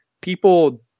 people